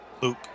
Luke